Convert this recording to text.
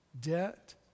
debt